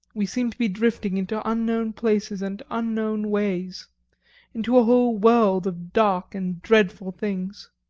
we seem to be drifting into unknown places and unknown ways into a whole world of dark and dreadful things.